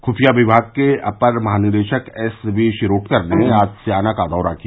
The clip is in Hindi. खुफिया विमाग के अपर महानिदेशक एस वी शिरोडकर ने आज स्याना का दौरा किया